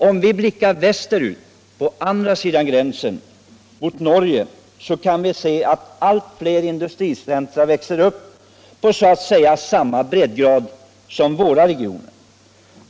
Om vi blickar västerut till andra sidan gränsen kan vi se att allt fler industricentra växer upp i Norge på så att säga samma breddgrad som våra regioner.